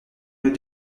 nous